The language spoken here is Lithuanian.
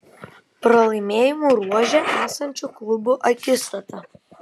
pralaimėjimų ruože esančių klubų akistata